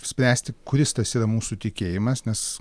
spręsti kuris tas yra mūsų tikėjimas nes